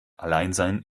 alleinsein